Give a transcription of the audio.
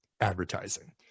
advertising